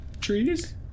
Trees